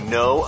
no